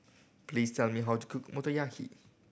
please tell me how to cook Motoyaki